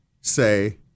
say